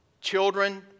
Children